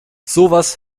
sowas